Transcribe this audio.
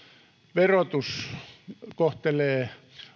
verotus kohtelee